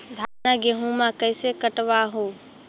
धाना, गेहुमा कैसे कटबा हू?